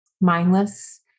mindless